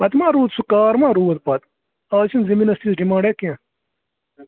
پَتہٕ ما روٗد سُہ کار ما روٗد پَتہٕ اَز چھُنہٕ زٔمیٖنَس تِژھ ڈِمانٛڈَا کیٚنٛہہ